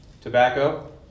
tobacco